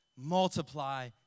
multiply